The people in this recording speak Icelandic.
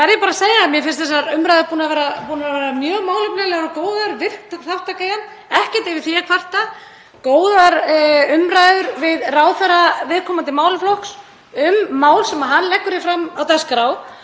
verð ég bara að segja að mér finnst þessar umræður búnar að vera mjög málefnalegar og góðar, virk þátttaka í þeim, ekkert yfir því að kvarta, góðar umræður við ráðherra viðkomandi málaflokks um mál sem hann leggur hér fram á dagskrá.